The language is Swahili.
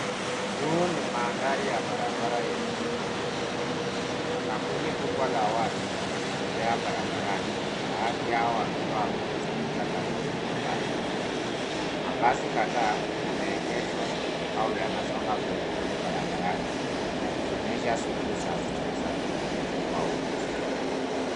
Huu ni mandhari ya barabara yenye shughuli nyingi. Kuna kundi kubwa la watu wakitembea barabarani baadhi yao wakiwa wamekusanyika karibu na basi. Mabasi kadhaa yameegeshwa au yanasonga polepole barabarani yakionyesha shughuli za usafiri wa umma .